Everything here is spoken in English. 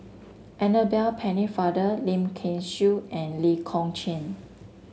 Annabel Pennefather Lim Kay Siu and Lee Kong Chian